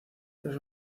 tras